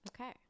Okay